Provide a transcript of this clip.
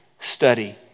study